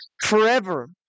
forever